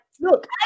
look